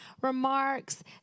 remarks